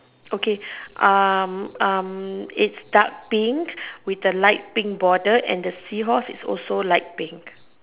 okay um um it's dark pink with a light pink border and the seahorse is also light pink